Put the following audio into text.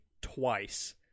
twice